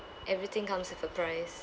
everything comes with a price